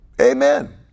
Amen